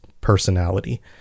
personality